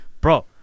bro